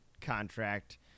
contract